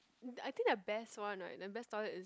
I think their best one right the best toilet is